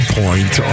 point